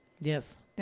Yes